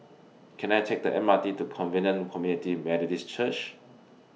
Can I Take The M R T to Covenant Community Methodist Church